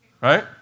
right